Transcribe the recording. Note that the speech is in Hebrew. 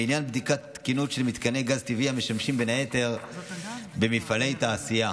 לעניין בדיקת תקינות של מתקני גז טבעי המשמשים בין היתר במפעלי תעשייה.